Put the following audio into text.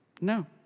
No